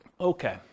Okay